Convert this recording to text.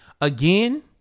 again